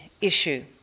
issue